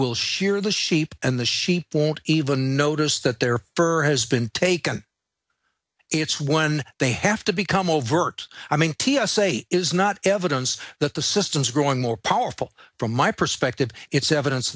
will shear the sheep and the sheep won't even notice that their fur has been taken it's when they have to become overt i mean t s a is not evidence that the system is growing more powerful from my perspective it's evidence